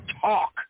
talk